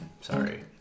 Sorry